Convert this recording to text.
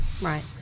right